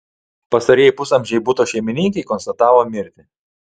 pastarieji pusamžei buto šeimininkei konstatavo mirtį